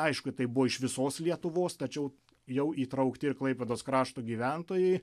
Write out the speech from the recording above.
aišku tai buvo iš visos lietuvos tačiau jau įtraukti ir klaipėdos krašto gyventojai